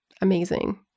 Amazing